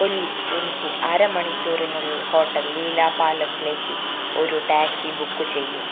ഒല്ലി എനിക്ക് അരമണിക്കൂറിനുള്ളിൽ ഹോട്ടൽ ലീല പാലസിലേക്ക് ഒരു ടാക്സി ബുക്ക് ചെയ്യൂ